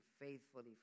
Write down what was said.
faithfully